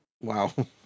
Wow